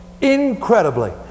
Incredibly